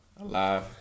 Alive